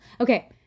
Okay